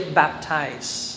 baptized